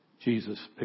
Jesus